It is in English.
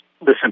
Listen